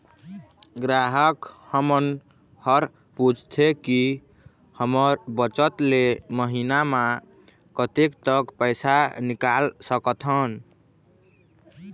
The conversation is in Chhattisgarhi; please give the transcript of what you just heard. ग्राहक हमन हर पूछथें की हमर बचत ले महीना मा कतेक तक पैसा निकाल सकथन?